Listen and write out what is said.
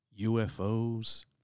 UFOs